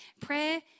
Prayer